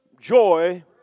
joy